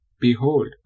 Behold